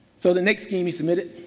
so, the next scheme he submitted,